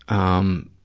um,